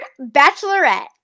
Bachelorette